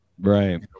right